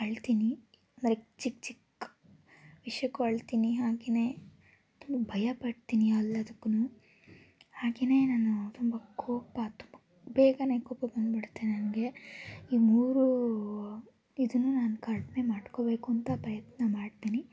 ಅಳ್ತೀನಿ like ಚಿಕ್ಕ ಚಿಕ್ಕ ವಿಷಯಕ್ಕೂ ಅಳ್ತೀನಿ ಹಾಗೆಯೆ ತುಂಬ ಭಯಪಡ್ತೀನಿ ಎಲ್ಲದಕ್ಕೂ ಹಾಗೆಯೇ ನಾನು ತುಂಬ ಕೋಪ ತುಂ ಬೇಗನೆ ಕೋಪ ಬಂದುಬಿಡುತ್ತೆ ನನಗೆ ಈ ಮೂರೂ ಇದನ್ನೂ ನಾನು ಕಡಿಮೆ ಮಾಡ್ಕೋಬೇಕೂಂತ ಪ್ರಯತ್ನ ಮಾಡ್ತೀನಿ